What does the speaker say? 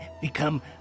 become